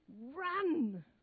run